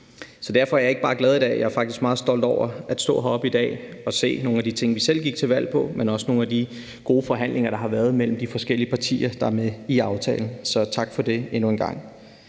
Så derfor er jeg ikke bare glad i dag; jeg er faktisk meget stolt over at stå heroppe i dag og i forslaget se nogle af de ting, vi selv gik til valg på, men også nogle af de gode forhandlinger, der har været mellem de forskellige partier, der er med i aftalen. Så endnu en gang